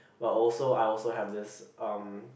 well also I also have this um